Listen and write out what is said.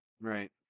right